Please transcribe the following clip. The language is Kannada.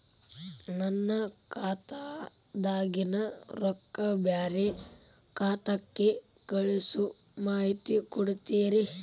ನನ್ನ ಖಾತಾದಾಗಿನ ರೊಕ್ಕ ಬ್ಯಾರೆ ಖಾತಾಕ್ಕ ಕಳಿಸು ಮಾಹಿತಿ ಕೊಡತೇರಿ?